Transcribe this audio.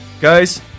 guys